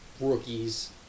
rookies